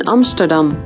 Amsterdam